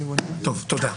תודה.